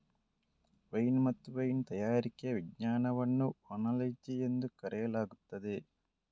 wine ಮತ್ತು wine ತಯಾರಿಕೆಯ ವಿಜ್ಞಾನವನ್ನು ಓನಾಲಜಿ ಎಂದು ಕರೆಯಲಾಗುತ್ತದೆ